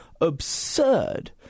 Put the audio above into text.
absurd